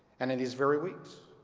and in these very weeks,